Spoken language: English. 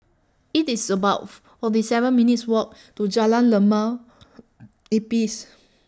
IT IS above forty seven minutes' Walk to Jalan Limau Nipis